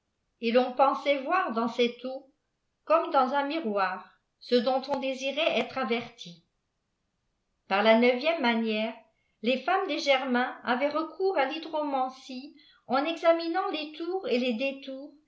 et l'on pensait voir dans cette eau comme dans un miroir cadqnt on désirait êire averti par la neuvième manière les feinmés des germains avaient recours à l'hydromapcie en examinant jes tours et les détpurs